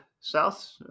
south